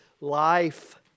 life